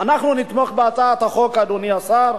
אנחנו נתמוך בהצעת החוק, אדוני השר.